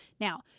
Now